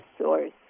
source